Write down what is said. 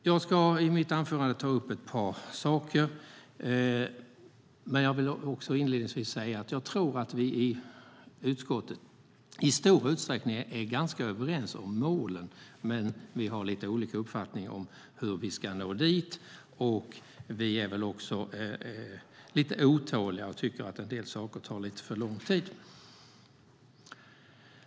Jag ska i mitt anförande ta upp ett par saker, men jag vill inledningsvis även säga att jag tror att vi i utskottet i stor utsträckning är ganska överens om målen. Vi har dock lite olika uppfattning om hur vi ska nå dit, och vi är också lite otåliga och tycker att en del saker tar för lång tid.